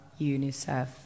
UNICEF